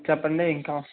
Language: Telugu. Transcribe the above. చెప్పండి ఎం కావాలి